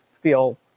feel